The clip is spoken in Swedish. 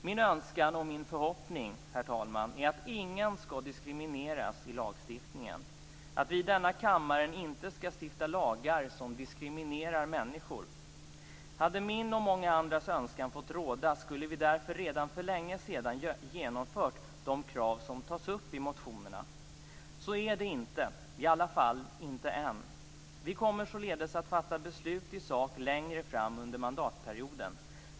Min önskan och min förhoppning, herr talman, är att ingen skall diskrimineras i lagstiftningen, att vi i denna kammare inte skall stifta lagar som diskriminerar människor. Hade min och många andras önskan fått råda skulle vi därför redan för länge sedan ha genomfört de krav som tas upp i motionerna. Så är det inte, i alla fall inte än. Vi kommer således att fatta beslut i sak längre fram under mandatperioden.